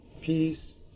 peace